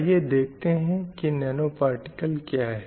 आइए देखते हैं की नैनो पार्टिकल क्या है